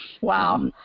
Wow